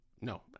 No